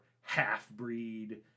half-breed